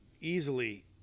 easily